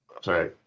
sorry